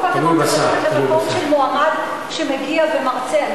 ממקום של מועמד שמגיע ומרצה,